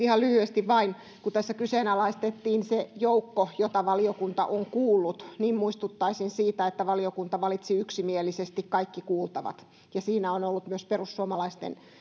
ihan lyhyesti vain kun tässä kyseenalaistettiin se joukko jota valiokunta on kuullut muistuttaisin siitä että valiokunta valitsi yksimielisesti kaikki kuultavat siinä on ollut myös perussuomalaisten